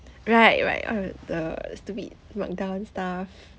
right right uh the stupid lockdown stuff